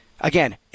Again